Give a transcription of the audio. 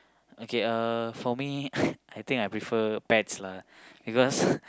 okay uh for me I think I prefer pets lah because